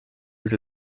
jeu